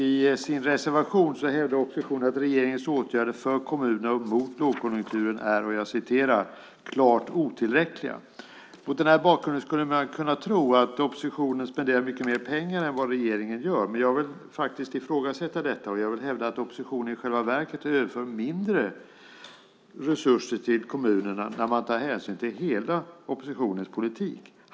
I sin reservation hävdar oppositionen att regeringens åtgärder för kommunerna och mot lågkonjunkturen är "klart otillräckliga". Mot den bakgrunden skulle man kunna tro att oppositionen spenderar mycket mer pengar än vad regeringen gör. Men jag vill ifrågasätta detta. Jag hävdar att oppositionen i själva verket överför mindre resurser till kommunerna när man tar hänsyn till hela oppositionens politik.